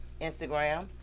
Instagram